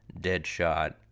Deadshot